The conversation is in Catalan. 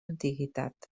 antiguitat